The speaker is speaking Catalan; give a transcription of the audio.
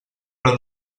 però